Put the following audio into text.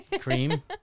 cream